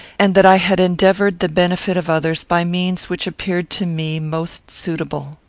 and that i had endeavoured the benefit of others by means which appeared to me most suitable.